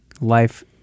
life